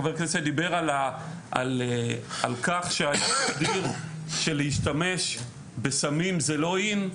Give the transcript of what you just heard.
חבר הכנסת דיבר על כך שלהשתמש בסמים זה לא In,